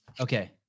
Okay